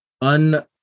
Un-